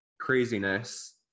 craziness